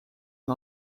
une